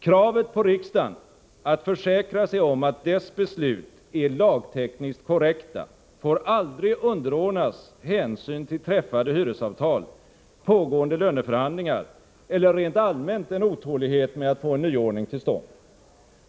Kravet på riksdagen att försäkra sig om att dess beslut ärlagtekniskt korrekta får aldrig underordnas hänsyn till träffade hyresavtal, pågående löneförhandlingar eller rent allmänt en otålighet med att få en nyordning till stånd.